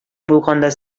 булганда